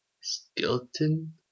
Skeleton